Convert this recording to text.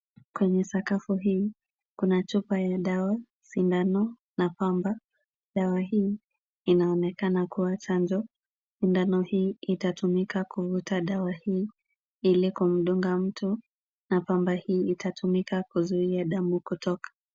Kwenye sakafu hii kuna chupa ya dawa, sindano na pamba. Dawa hii inaonekana kuwa chanjo, sindano hii itatumika kuvuta dawa hii ili kumdunga mtu na pamba hii itatumika kuzuia damu kutoka.